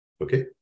Okay